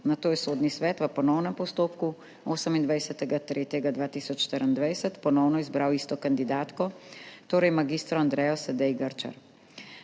Nato je Sodni svet v ponovnem postopku 28. 3. 2024 ponovno izbral isto kandidatko, torej mag. Andrejo Sedej Grčar.